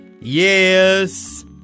Yes